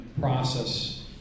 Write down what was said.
process